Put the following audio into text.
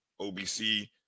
OBC